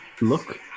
look